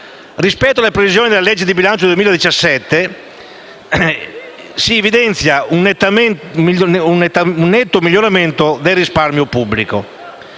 Rispetto alle previsioni della legge di bilancio per il 2017, si evidenzia un netto miglioramento del risparmio pubblico.